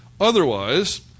Otherwise